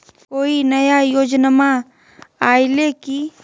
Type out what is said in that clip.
कोइ नया योजनामा आइले की?